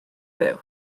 byw